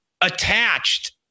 attached